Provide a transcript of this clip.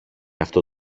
αυτό